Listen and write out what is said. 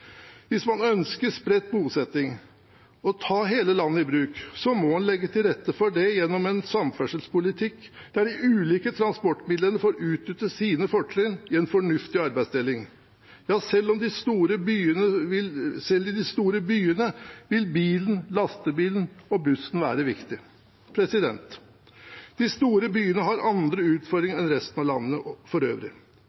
Hvis man ønsker spredt bosetning og å ta hele landet i bruk, må en legge til rette for det gjennom en samferdselspolitikk der de ulike transportmidlene får utnytte sine fortrinn i en fornuftig arbeidsdeling. Ja, selv i de store byene vil bilen, lastebilen og bussen være viktig. De store byene har andre utfordringer